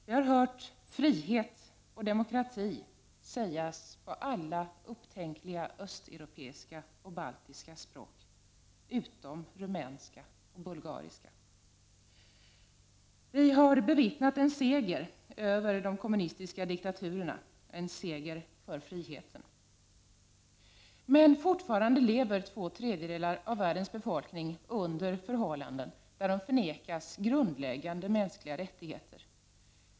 Vi har hört orden frihet och demokrati sägas på alla upptänkliga östeuropeiska och bal tiska språk, utom rumänska och bulgariska. Vi har bevittnat en seger över de kommunistiska diktaturerna, en seger för friheten. Men fortfarande lever två tredjedelar av världens befolkning under förhållanden där de förvägras grundläggande mänskliga rättigheter.